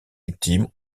victimes